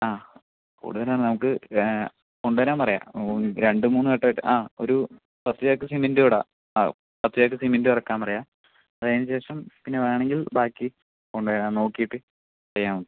ആ കൂടുതലാണ് നമുക്ക് കൊണ്ട് വരാൻ പറയുക ഓ ഇത് രണ്ട് മൂന്ന് വട്ടം ആയിട്ട് ആ ഒരു പത്ത് ചാക്ക് സിമൻറ്റും ഇടുക ആ പത്ത് ചാക്ക് സിമൻറ്റും ഇറക്കാൻ പറയുക അത് അതിന് ശേഷം പിന്നെ വേണമെങ്കിൽ ബാക്കി കൊണ്ടു വരിക നോക്കിയിട്ട് ചെയ്യാം നമുക്ക്